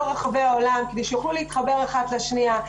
רחבי העולם כדי שיוכלו להתחבר אחת לשנייה.